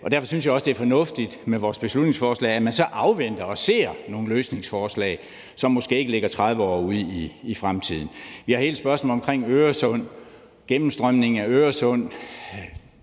Derfor synes jeg også, det vil være fornuftigt, som det står i vores beslutningsforslag, at man forholder sig afventende og ser på nogle løsningsforslag, som måske ikke rækker 30 år ud i fremtiden. Hvad angår hele spørgsmålet omkring gennemstrømningen af Øresund,